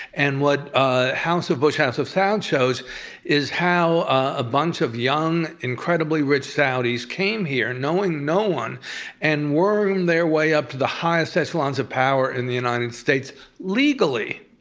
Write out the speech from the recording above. and what ah house of bush, house of saud shows is how a bunch of young, incredibly rich saudis came here knowing no one and wormed their way up to the highest echelons of power in the united states legally.